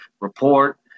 report